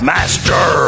Master